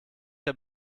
der